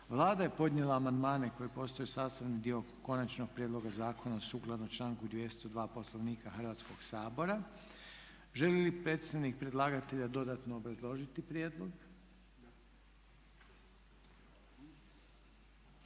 Vlada je podnijela amandmane koji postaju sastavni dio konačnog prijedloga zakona sukladno članku 202. Poslovnika Hrvatskoga sabora. Želi li predstavnik predlagatelja dodatno obrazložiti prijedlog?